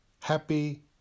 Happy